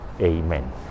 Amen